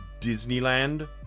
Disneyland